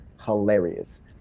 hilarious